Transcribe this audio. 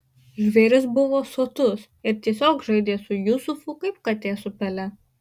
žvėris buvo sotus ir tiesiog žaidė su jusufu kaip katė su pele